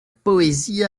poésie